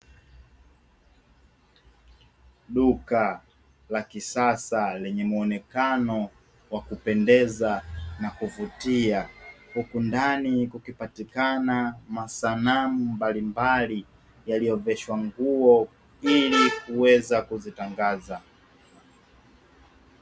Duka la kisasa lenye mwonekanao wa kupendeza na kuvutia, huku ndani kukipatikana masanamu mbalimbali yaliyoveshwa nguo ili kuweza kuzitangaza.